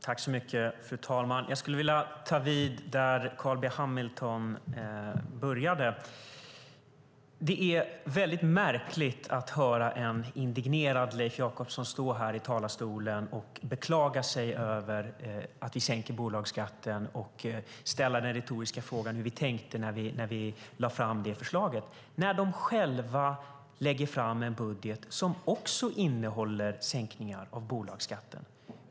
Fru talman! Jag skulle vilja ta vid där Carl B Hamilton började. Det är väldigt märkligt att höra en indignerad Leif Jakobsson beklaga sig här i talarstolen över att vi sänker bolagsskatten och ställa den retoriska frågan hur vi tänkte när vi lade fram det förslaget, när Socialdemokraterna själva lägger fram en budget som också innehåller sänkningar av bolagsskatten.